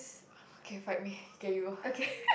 okay fight me okay you go